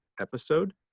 episode